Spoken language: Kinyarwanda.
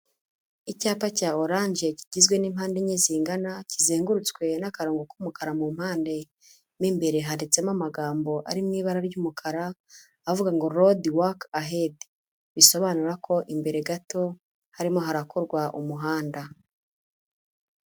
Icyapa cya oranje kigizwe n'impande enye zingana, kizengurutswe n'akarongo k'umukara mu mpande, mo imbere handitsemo amagambo ari mu ibara ry'umukara, avuga ngo rodi waka ahedi, bisobanura ko imbere gato harimo harakorwa umuhanda.